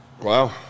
wow